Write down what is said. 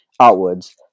outwards